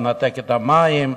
לנתק את המים,